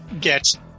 get